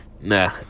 Nah